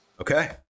Okay